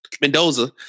Mendoza